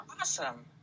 Awesome